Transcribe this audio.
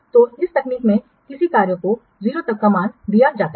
तो इस तकनीक में किसी कार्य को 0 तक का मान दिया जाता है